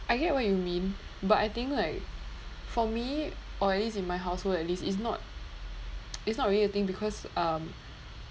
I get what you mean but I think like for me or at least in my household at least it's not it's not really a thing because um